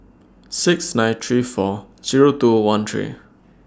six nine three four Zero two one three